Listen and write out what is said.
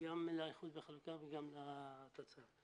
גם לאיחוד והחלוקה וגם לתצ"ר.